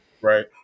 Right